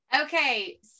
okay